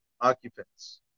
Occupants